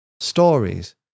stories